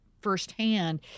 firsthand